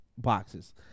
Boxes